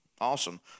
Awesome